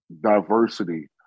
diversity